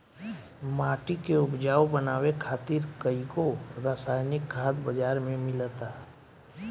माटी के उपजाऊ बनावे खातिर कईगो रासायनिक खाद बाजार में मिलता